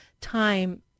time